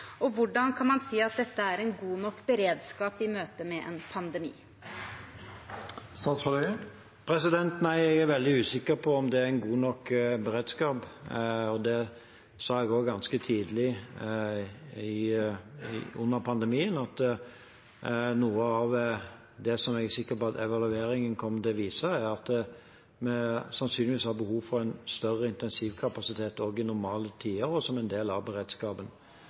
Hvordan kan man si at dette er en god nok beredskap i møte med en pandemi? Nei, jeg er veldig usikker på om det er en god nok beredskap. Det sa jeg også ganske tidlig under pandemien. Noe av det jeg er sikker på at evalueringen kommer til å vise, er at vi sannsynligvis har behov for en større intensivkapasitet også i normale tider og som en del av beredskapen.